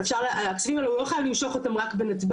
את הכספים האלו הוא לא חייב למשוך אותם רק בנתב"ג,